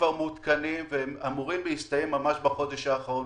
כבר מותקנים ואמורים להסתיים ממש בחודש האחרון.